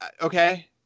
Okay